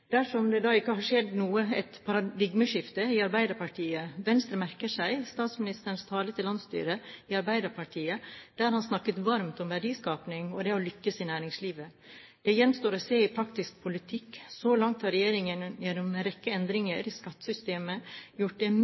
dersom det da ikke har skjedd et paradigmeskifte i Arbeiderpartiet. Venstre merket seg statsministerens tale til landsstyret i Arbeiderpartiet, der han snakket varmt om verdiskaping og det å lykkes i næringslivet. Det gjenstår å se i praktisk politikk. Så langt har regjeringen gjennom en rekke endringer i skattesystemet gjort det